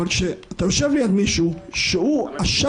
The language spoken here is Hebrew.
הוא מבחן גודל הקבוצה: אם חבר כנסת מקבל איזושהי